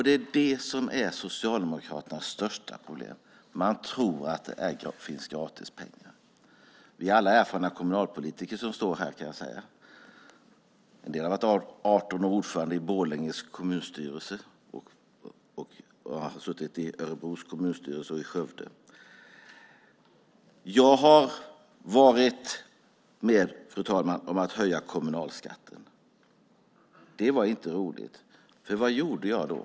Det är det som är Socialdemokraternas största problem. Man tror att det finns gratis pengar. Vi är alla erfarna kommunalpolitiker som debatterar här, kan jag säga. Någon har varit ordförande i Borlänges kommunstyrelse i 18 år, andra har suttit i Örebros kommunstyrelse eller i Skövdes. Jag har varit med om att höja kommunalskatten, fru talman. Det var inte roligt, för vad gjorde jag då?